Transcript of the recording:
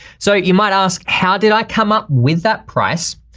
so you might ask, how did i come up with that price?